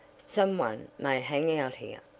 some one may hang out here.